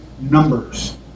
Numbers